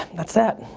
that's that.